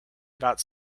about